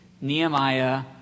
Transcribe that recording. Nehemiah